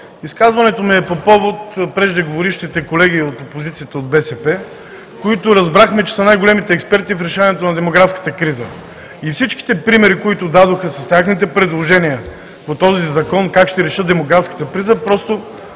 изказването ми е по повод преждеговорившите колеги от опозицията – от БСП, които разбрахме, че са най-големите експерти в решаването на демографската криза. Всички примери, които дадоха с техните предложения по този закон как ще решат демографската криза, просто